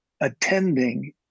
attending